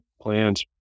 plans